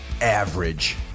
average